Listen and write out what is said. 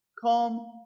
Come